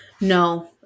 No